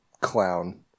clown